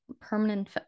permanent